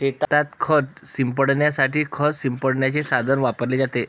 शेतात खत शिंपडण्यासाठी खत शिंपडण्याचे साधन वापरले जाते